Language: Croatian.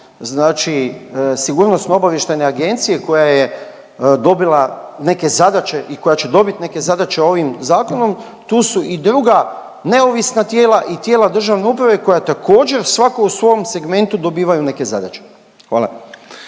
zaboravit da osim SOA-e koja je dobila neke zadaće i koja će dobiti neke zadaće ovim zakonom tu su i druga neovisna tijela i tijela državne uprave koja također svako u svom segmentu dobivaju neke zadaće. Hvala.